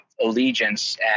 allegiance